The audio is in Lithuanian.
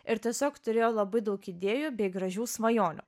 ir tiesiog turėjo labai daug idėjų bei gražių svajonių